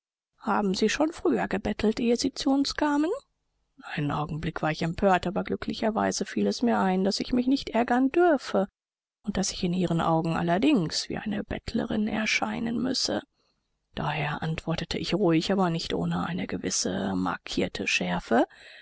haben sie schon früher gebettelt ehe sie zu uns kamen einen augenblick war ich empört aber glücklicherweise fiel es mir ein daß ich mich nicht ärgern dürfe und daß ich in ihren augen allerdings wie eine bettlerin erscheinen müsse daher antwortete ich ruhig aber nicht ohne eine gewisse markierte schärfe